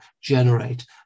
generate